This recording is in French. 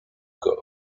corps